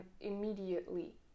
immediately